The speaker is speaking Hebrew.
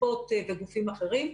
הקופות וגופים אחרים,